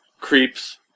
creeps